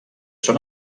son